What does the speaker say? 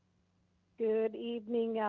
good evening,